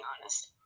honest